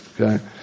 okay